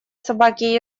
собаке